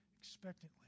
expectantly